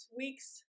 week's